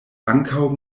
ankaŭ